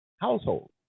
household